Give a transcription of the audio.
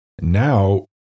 Now